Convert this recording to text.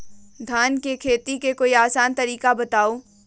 धान के खेती के कोई आसान तरिका बताउ?